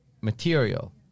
material